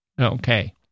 Okay